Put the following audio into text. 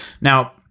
Now